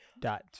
Dot